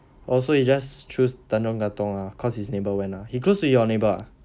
oh so he just choose tanjong katong lah cause his neighbour went he close to your neighbour ah